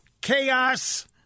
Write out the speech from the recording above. chaos